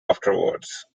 afterwards